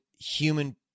human